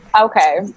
Okay